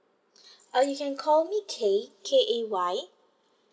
uh you can call me K K A Y